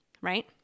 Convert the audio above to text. right